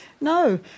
No